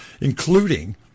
including